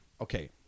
okay